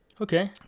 Okay